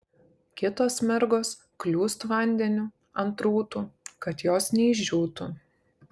kitos mergos kliūst vandeniu ant rūtų kad jos neišdžiūtų